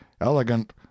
elegant